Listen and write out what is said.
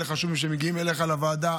להעביר חוקים כאלה חשובים שמגיעים אליך לוועדה,